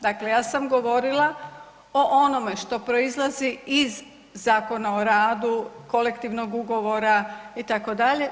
Dakle, ja sam govorila o onome što proizlazi iz Zakona o radu, kolektivnog ugovora itd.